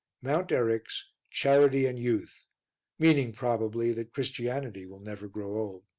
mount eryx, charity and youth meaning, probably, that christianity will never grow old.